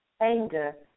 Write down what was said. anger